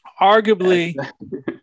Arguably